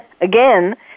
again